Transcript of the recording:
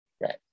right